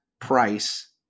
price